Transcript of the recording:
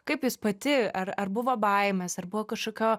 kaip jūs pati ar ar buvo baimės ar buvo kažkokio